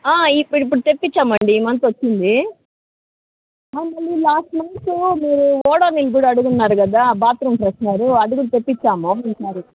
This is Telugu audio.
ఇప్పుడు ఇప్పుడు తెప్పించాము అండి ఈ మంత్ వచ్చింది అవునండి లాస్ట్ మంత్ మీరు ఒడొనిల్ కూడా అడిగి ఉన్నారు కదా బాత్రూం ఫ్రెషనర్ అది కూడా తెప్పించాము ఈసారి